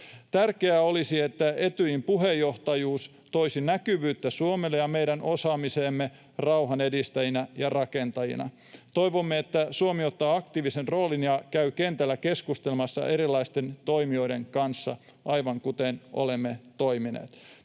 Tärkeää olisi, että Etyjin puheenjohtajuus toisi näkyvyyttä Suomelle ja meidän osaamisellemme rauhan edistäjinä ja rakentajina. Toivomme, että Suomi ottaa aktiivisen roolin ja käy kentällä keskustelemassa erilaisten toimijoiden kanssa, aivan kuten olemme toimineet.